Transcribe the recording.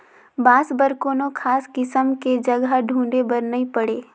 बांस बर कोनो खास किसम के जघा ढूंढे बर नई पड़े